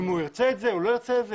האם הוא ירצה את זה או לא ירצה את זה,